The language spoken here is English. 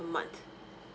per month